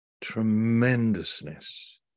tremendousness